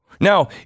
Now